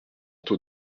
taux